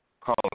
Call